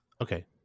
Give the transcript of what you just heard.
Okay